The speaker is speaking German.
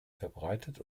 verbreitet